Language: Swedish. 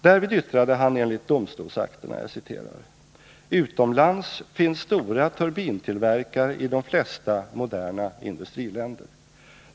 Därvid yttrade han enligt domstolsakterna: ”Utomlands finns stora turbintillverkare i de flesta moderna industriländer.